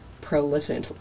prolific